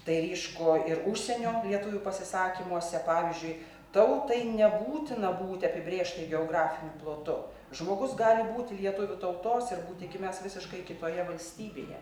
tai ryšku ir užsienio lietuvių pasisakymuose pavyzdžiui tautai nebūtina būti apibrėžtai geografiniu plotu žmogus gali būti lietuvių tautos ir būti gimęs visiškai kitoje valstybėje